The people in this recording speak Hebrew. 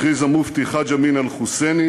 הכריז המופתי חאג' אמין אל-חוסייני